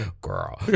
girl